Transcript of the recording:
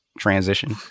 transition